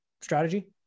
strategy